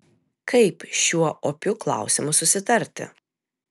kaip šiuo opiu klausimu susitarti